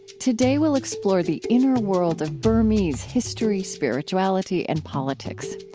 today, we'll explore the inner world of burmese history, spirituality, and politics.